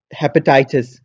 hepatitis